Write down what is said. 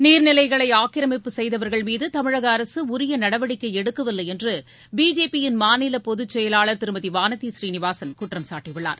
நீர்நிலைகளை ஆக்கிரமிப்பு செய்தவர்கள் மீது தமிழக அரசு உரிய நடவடிக்கை எடுக்கவில்லை என்று பிஜேபியின் மாநில பொதுச் செயலாளர் திருமதி வானதி சினிவாசன் குற்றம்சாட்டியுள்ளார்